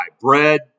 Bread